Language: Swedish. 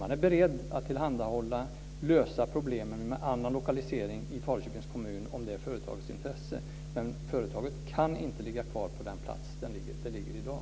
Man är beredda att lösa problemen med annan lokalisering i Falköpings kommun om företaget är intresserat av det, men företaget kan inte ligga kvar på den plats där det ligger i dag.